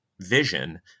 vision